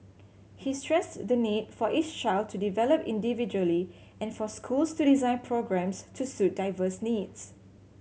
he stressed the need for each child to develop individually and for schools to design programmes to suit diverse needs